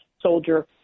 soldier